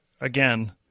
again